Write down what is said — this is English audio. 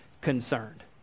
concerned